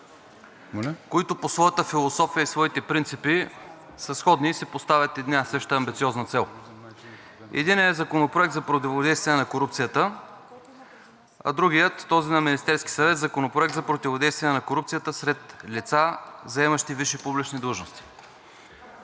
които по своята философия и своите принципи са сходни и си поставят една и съща амбициозна цел. Единият е Законопроектът за противодействие на корупцията, а другият е този на Министерския съвет – Законопроект за противодействие на корупцията сред лица, заемащи висши публични длъжности.